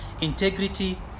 integrity